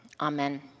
amen